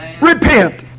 Repent